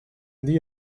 need